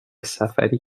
سفری